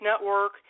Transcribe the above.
Network